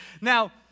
Now